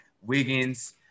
Wiggins